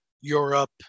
Europe